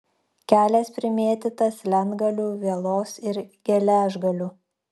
kelias primėtytas lentgalių vielos ir geležgalių